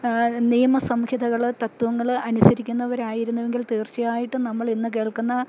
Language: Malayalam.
നിയമ സംഹിതകള് തത്ത്വങ്ങള് അനുസരിക്കുന്നവരായിരുന്നുവെങ്കിൽ തീർച്ചയായിട്ടും നമ്മൾ ഇന്ന് കേൾക്കുന്ന